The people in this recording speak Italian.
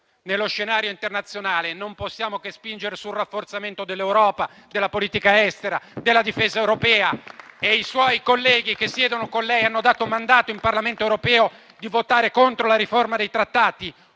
nello scenario internazionale, non possiamo che spingere sul rafforzamento dell'Europa, della politica estera, della difesa europea. I suoi colleghi, che siedono con lei, hanno invece dato mandato in Parlamento europeo di votare contro la riforma dei Trattati,